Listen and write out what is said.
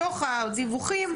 מתוך הדיווחים,